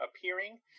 appearing